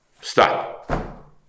stop